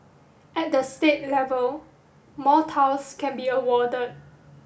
at the state level more can be awarded